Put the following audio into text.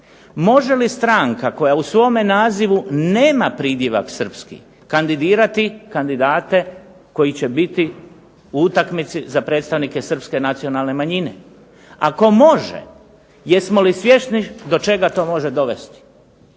Može li stranka koja u svome nazivu nema pridjeva Srpski kandidirati kandidate koji će biti u utakmici za predstavnike Srpske nacionalne manjine. Ako može jesmo li svjesni do čega to može dovesti.